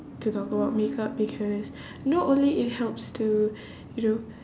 to talk about makeup because not only it helps to you know